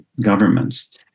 governments